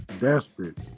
Desperate